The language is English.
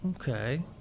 okay